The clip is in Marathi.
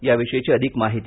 या विषयीची अधिक माहिती